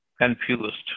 confused